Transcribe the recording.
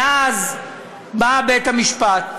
ואז בא בית-המשפט,